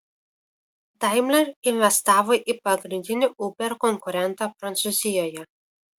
daimler investavo į pagrindinį uber konkurentą prancūzijoje